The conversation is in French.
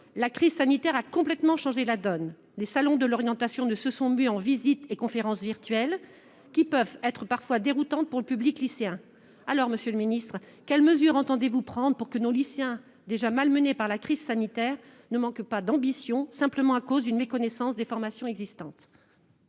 la crise sanitaire a changé la donne : les salons de l'orientation se sont transformés en visites et conférences virtuelles, parfois déroutantes pour les lycéens. Monsieur le ministre, quelles mesures entendez-vous prendre pour que les lycéens, déjà malmenés par la crise sanitaire, ne manquent pas d'ambition, simplement à cause d'une méconnaissance des formations existantes ?